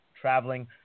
traveling